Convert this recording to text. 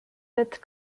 width